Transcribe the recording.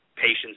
Patients